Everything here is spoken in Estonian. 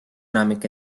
enamik